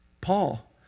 Paul